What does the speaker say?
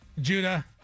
Judah